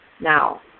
now